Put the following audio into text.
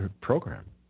program